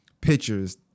pictures